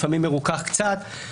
לפעמים מרוכך קצת,